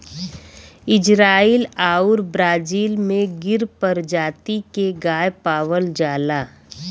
Israel आउर Brazil में गिर परजाती के गाय पावल जाला